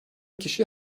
kişi